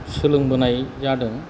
सोलोंबोनाय जादों